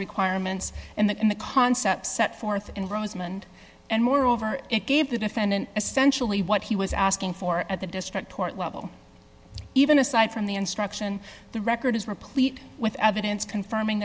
requirements in the in the concepts set forth and rosemond and moreover it gave the defendant essentially what he was asking for at the district court level even aside from the instruction the record is replete with evidence confirming